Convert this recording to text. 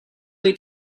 way